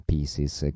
Pieces